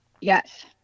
Yes